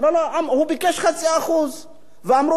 הוא ביקש 0.5%. ואמרו לו,